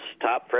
Top